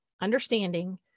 understanding